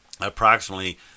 approximately